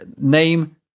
name